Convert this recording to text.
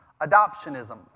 adoptionism